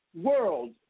world